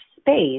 space